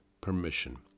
Permission